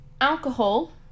alcohol